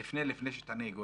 לפני שתענה,